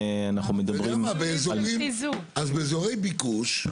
אנחנו מדברים על --- אז באזורי ביקוש,